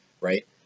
right